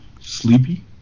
sleepy